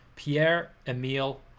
Pierre-Emile